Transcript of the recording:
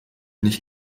nicht